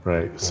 Right